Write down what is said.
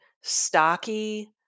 stocky